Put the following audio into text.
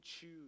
choose